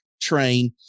train